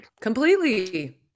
completely